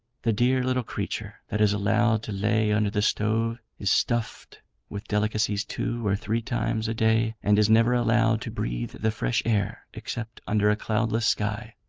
the dear little creature that is allowed to lay under the stove, is stuffed with delicacies two or three times a-day, and is never allowed to breathe the fresh air, except under a cloudless sky,